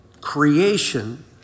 creation